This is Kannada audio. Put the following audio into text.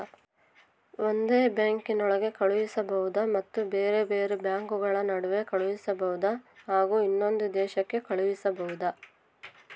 ಒಂದೇ ಬ್ಯಾಂಕಿನೊಳಗೆ ಕಳಿಸಬಹುದಾ ಮತ್ತು ಬೇರೆ ಬೇರೆ ಬ್ಯಾಂಕುಗಳ ನಡುವೆ ಕಳಿಸಬಹುದಾ ಹಾಗೂ ಇನ್ನೊಂದು ದೇಶಕ್ಕೆ ಕಳಿಸಬಹುದಾ?